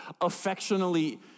affectionately